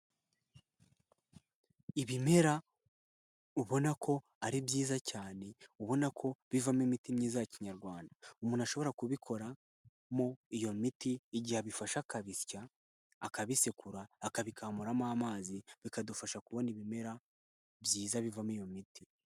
Ibimera ubona ko ari byiza cyane, ubona ko bivamo imiti myiza ya kinyarwanda. Umuntu ashobora kubikoramo iyo miti, igihe abifashe akabisya, akabisekura, akabikamuramo amazi, bikadufasha kubona ibimera byiza bivamo iyo miti.